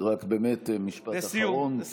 רק באמת משפט אחרון.